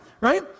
right